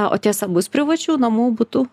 o tiesa bus privačių namų butų